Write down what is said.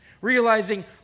realizing